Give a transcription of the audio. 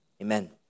Amen